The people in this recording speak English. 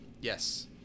Yes